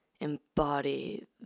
embody